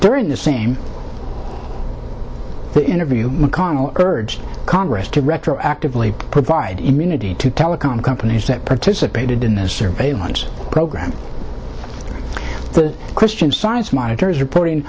during the same the interview mcconnell urged congress to retroactively provide immunity to telecom companies that participated in the surveillance program the christian science monitor is reporting